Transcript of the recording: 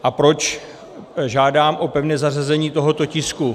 A proč žádám o pevné zařazení tohoto tisku?